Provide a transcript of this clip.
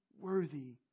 worthy